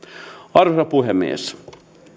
arvoisa puhemies